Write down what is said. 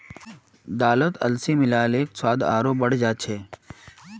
दालत अलसी मिला ल स्वाद आरोह बढ़ जा छेक